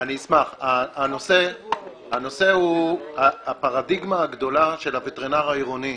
הנושא הוא הפרדיגמה הגדולה של הווטרינר העירוני,